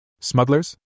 Smugglers